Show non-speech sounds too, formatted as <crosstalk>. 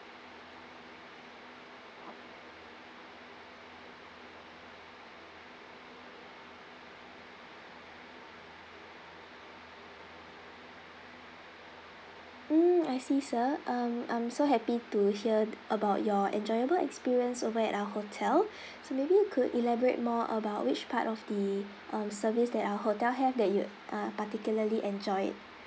mm I see sir um I'm so happy to hear about your enjoyable experience over at our hotel <breath> so maybe you could elaborate more about which part of the um service that our hotel have that you uh particularly enjoyed